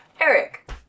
Eric